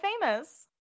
famous